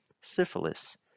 syphilis